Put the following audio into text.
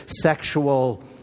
sexual